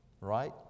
Right